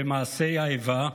במעשי האיבה,